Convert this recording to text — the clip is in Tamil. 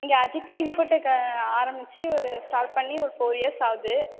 இங்கே அஜிடைன் இன்ஃபோ டெக்கு ஆரம்பிச்சி ஒரு ஸ்டார்ட் பண்ணி ஒரு ஃபோர் இயர்ஸ் ஆகுது